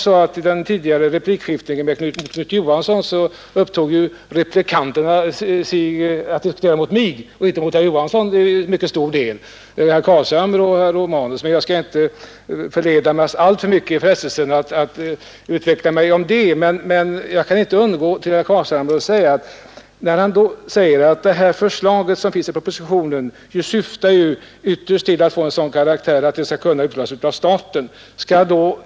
I det tidigare replikskiftet med Knut Johansson riktade sig replikanterna, herrar Carlshamre och Romanus, till stor del mot mig och inte mot herr Johansson. Men jag skall inte inleda mig i frestelsen att uttala mig om allt vad de sade. Herr Carlshamre påstår att förslaget i propositionen ytterst syftar till att bidragen skall kunna utbetalas av staten.